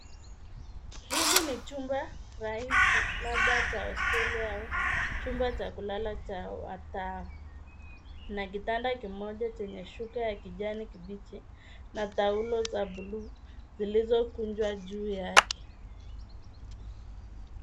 Hili ni chumba rahisi, labda cha hosteli, au chumba cha kulala cha wataa, na kitanda kimoja chenye shuka ya kijani kibichi, na taulo za blue , zilizokunjwa juu yake.